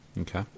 Okay